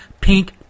pink